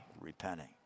repenting